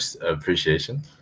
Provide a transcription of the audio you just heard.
appreciation